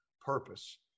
purpose